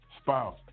spouse